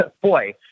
boy